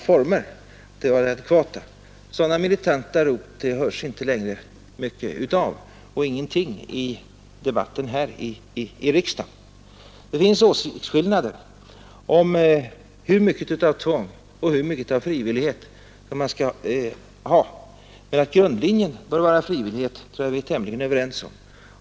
Man hör inte längre mycket av sådana militanta krav och de förekommer inte alls i debatten här i riksdagen. Det finns åsiktsskillnader om hur mycket av tvång och hur mycket av frivillighet man skall ha, men att grundlinjen bör vara frivillighet tror jag att de flesta av oss är tämligen överens om.